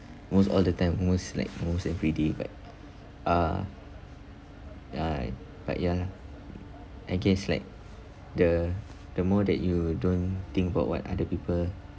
most all the time almost like almost everyday but uh I but ya lah I guess like the the more that you don't think about what other people